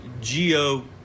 Geo